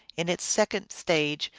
in its second stage,